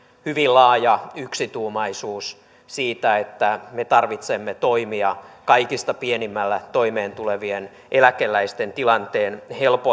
hyvin laaja yksituumaisuus siitä että me tarvitsemme toimia kaikista pienimmällä toimeentulevien eläkeläisten tilanteen